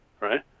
right